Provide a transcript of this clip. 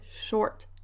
short